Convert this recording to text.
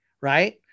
right